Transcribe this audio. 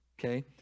Okay